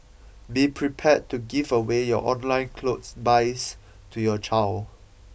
be prepared to give away your online clothes buys to your child